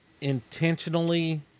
intentionally